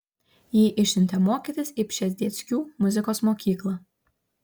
jį išsiuntė mokytis į pšezdzieckių muzikos mokyklą